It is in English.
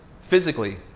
physically